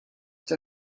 der